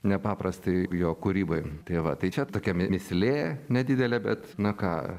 nepaprastai jo kūryboj tai va tai čia tokia mįslė nedidelė bet na ką